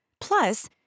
Plus